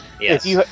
Yes